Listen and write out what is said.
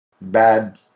bad